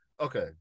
Okay